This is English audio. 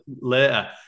later